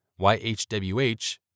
YHWH